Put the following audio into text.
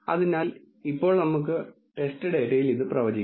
അതിനാൽ ഇപ്പോൾ നമുക്ക് ടെസ്റ്റ് ഡാറ്റയിൽ ഇത് പ്രവചിക്കാം